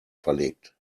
verlegt